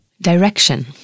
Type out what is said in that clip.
Direction